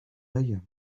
œil